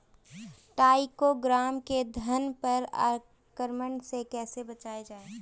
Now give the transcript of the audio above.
टाइक्रोग्रामा के धान पर आक्रमण से कैसे बचाया जाए?